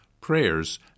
prayers